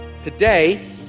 Today